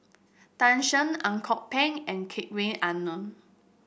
Tan Shen Ang Kok Peng and Hedwig Anuar